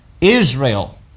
Israel